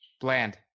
bland